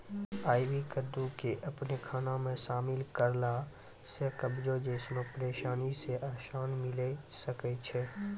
आइ.वी कद्दू के अपनो खाना मे शामिल करला से कब्जो जैसनो परेशानी से अराम मिलै सकै छै